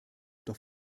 doch